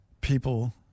people